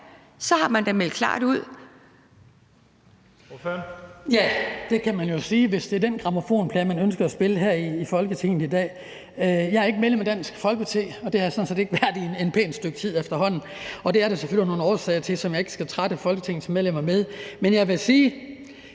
ja, har man da meldt klart ud.